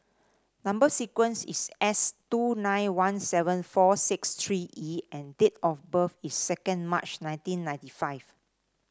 number sequence is S two nine one seven four six three E and date of birth is second March nineteen ninety five